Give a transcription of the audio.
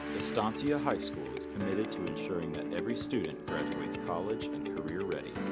estancia high school is committed to ensuring that every student graduates college and career ready.